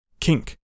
kink